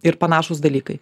ir panašūs dalykai